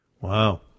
Wow